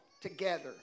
together